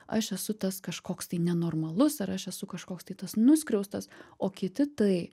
aš esu tas kažkoks tai nenormalus ar aš esu kažkoks tai tas nuskriaustas o kiti tai